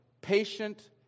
patient